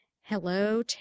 Hello